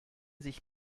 sich